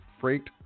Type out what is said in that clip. freight